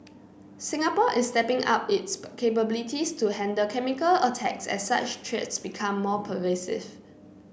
Singapore is stepping up its capabilities to handle chemical attacks as such threats become more pervasive